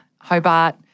Hobart